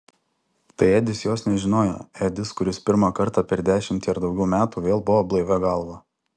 tai edis jos nežinojo edis kuris pirmą kartą per dešimtį ar daugiau metų vėl buvo blaivia galva